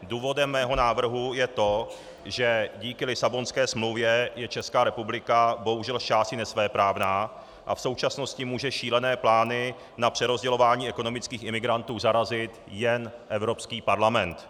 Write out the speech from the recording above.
Důvodem mého návrhu je to, že díky Lisabonské smlouvě je Česká republika bohužel zčásti nesvéprávná a v současnosti může šílené plány na přerozdělování ekonomických imigrantů zarazit jen Evropský parlament.